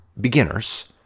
beginners